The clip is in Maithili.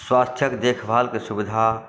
स्वास्थ्यक देखभाल कऽ सुविधा